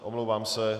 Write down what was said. Omlouvám se.